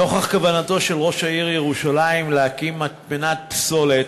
נוכח כוונתו של ראש העיר ירושלים להקים מטמנת פסולת